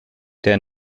der